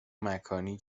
مکانی